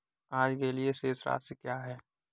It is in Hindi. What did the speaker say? आज के लिए शेष राशि क्या है?